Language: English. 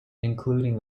including